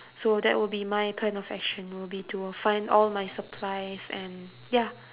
so that will be my kind of action will be to find all my supplies and ya